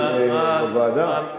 ועדה?